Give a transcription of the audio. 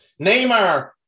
Neymar